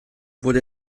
wurde